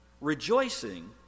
Rejoicing